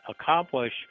accomplish